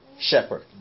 shepherd